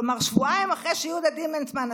כלומר שבועיים אחרי שיהודה דימנטמן,